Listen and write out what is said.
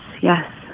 yes